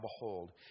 behold